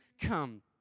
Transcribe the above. come